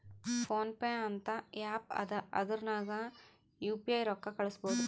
phone pay ಅಂತ app ಅದಾ ಅದುರ್ನಗ್ ಯು ಪಿ ಐ ರೊಕ್ಕಾ ಕಳುಸ್ಬೋದ್